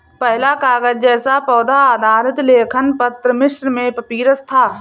पहला कागज़ जैसा पौधा आधारित लेखन पत्र मिस्र में पपीरस था